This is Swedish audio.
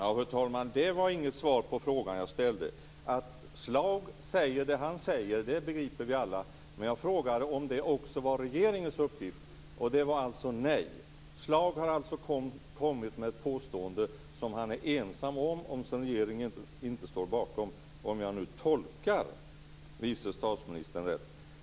Fru talman! Det var inget svar på den fråga jag ställde. Att Schlaug säger det han säger begriper vi alla, men jag frågade om det också var regeringens uppfattning. Schlaug har alltså kommit med ett påstående som han är ensam om och som regeringen inte står bakom, om jag nu tolkar vice statsministern rätt.